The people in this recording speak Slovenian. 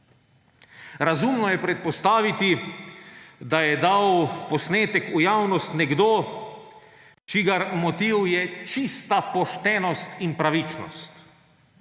Razumno je predpostaviti, da je dal posnetek v javnost nekdo, čigar motiv je čista poštenost in pravičnost.